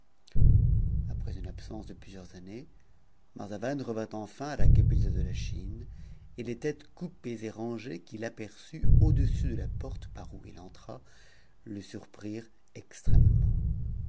après une absence de plusieurs années marzavan revint enfin à la capitale de la chine et les têtes coupées et rangées qu'il aperçut au-dessus de la porte par où il entra le surprirent extrêmement